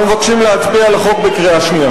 מבקשים להצביע על החוק בקריאה שנייה.